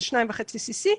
שזה 2.5 cc.